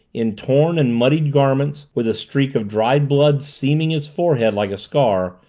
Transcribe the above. in torn and muddied garments, with a streak of dried blood seaming his forehead like a scar,